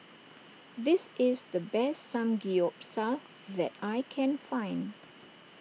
this is the best Samgeyopsal that I can find